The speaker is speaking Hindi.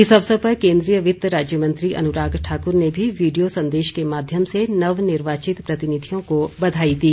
इस अवसर पर केन्द्रीय वित्त राज्य मंत्री अनुराग ठाकुर ने भी वीडियो संदेश के माध्यम से नवनिर्वाचित प्रतिनिधियों को बधाई दी